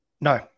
No